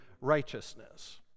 righteousness